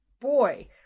boy